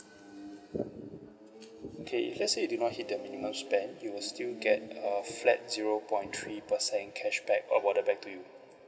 okay if let's say you do not hit the minimum spend you will still get a flat zero point three percent cashback awarded back to you